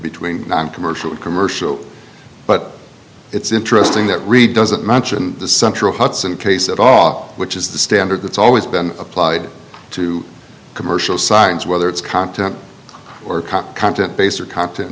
between noncommercial commercial but it's interesting that reid doesn't mention the central hudson case of off which is the standard that's always been applied to commercial signs whether it's content or content based or content